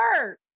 work